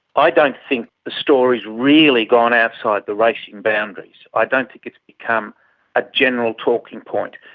i don't think the story's really gone outside the racing boundaries. i don't think it's become a general talking point.